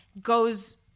goes